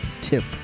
tip